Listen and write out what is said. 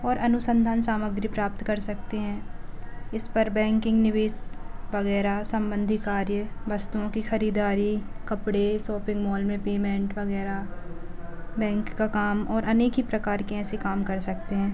और अनुसंधान सामग्री प्राप्त कर सकते हैं इस पर बैंकिंग निवेश वगैरह सम्बन्धी कार्य वस्तुओं की खरीददारी कपड़े शोपिंग मोल में पेमेंट वगैरह बैंक का काम और अनेक ही प्रकार के ऐसे काम कर सकते हैं